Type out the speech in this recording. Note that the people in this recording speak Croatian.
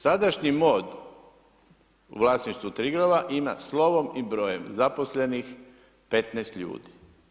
Sadašnji MOD u vlasništvu Triglava ima slovom i brojem zaposlenih 15 ljudi.